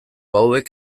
hauek